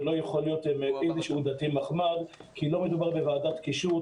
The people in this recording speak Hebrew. זה לא יכול להיות איזשהו דתי "מחמד" כי לא מדובר בוועדת קישוט,